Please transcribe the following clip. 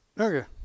okay